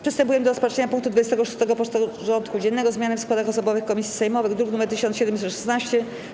Przystępujemy do rozpatrzenia punktu 26. porządku dziennego: Zmiany w składach osobowych komisji sejmowych (druk nr 1716)